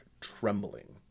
trembling